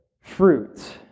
fruit